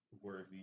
worthy